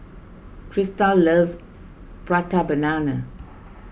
Christa loves Prata Banana